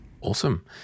Awesome